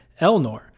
Elnor